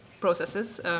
processes